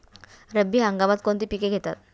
रब्बी हंगामात कोणती पिके घेतात?